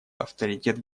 авторитет